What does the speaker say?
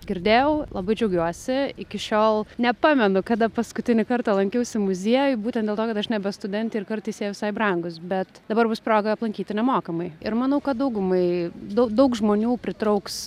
girdėjau labai džiaugiuosi iki šiol nepamenu kada paskutinį kartą lankiausi muziejuj būtent dėl to kad aš nebe studentė ir kartais jie visai brangūs bet dabar bus proga aplankyti nemokamai ir manau kad daugumai dau daug žmonių pritrauks